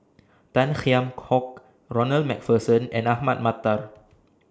Tan Kheam Hock Ronald MacPherson and Ahmad Mattar